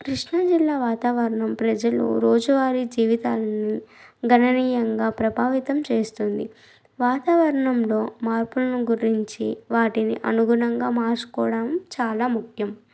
కృష్ణాజిల్లా వాతావరణం ప్రజలు రోజువారి జీవితాలను గణనీయంగా ప్రభావితం చేస్తుంది వాతావరణంలో మార్పులను గురించి వాటిని అనుగుణంగా మార్చుకోవడం చాలా ముఖ్యం